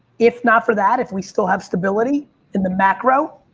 if not for that, if we still have stability in the macro,